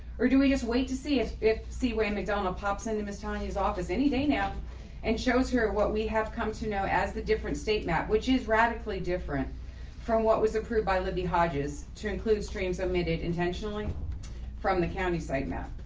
or do we just wait to see if if see ray mcdonald pops into miss tanya's office any day now and shows her what we have come to know as the different statement which is radically different from what was approved by libby hodges to include stream submitted intentionally from the county sitemap